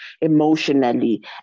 emotionally